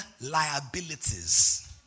liabilities